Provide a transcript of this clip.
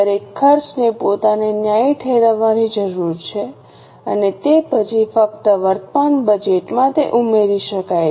દરેક ખર્ચને પોતાને ન્યાયી ઠેરવવાની જરૂર છે અને તે પછી ફક્ત વર્તમાન બજેટમાં તે ઉમેરી શકાય છે